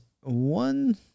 one